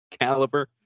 caliber